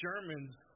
Germans